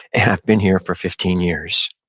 and i've been here for fifteen years.